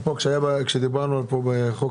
כרגע הפרויקט בביצוע.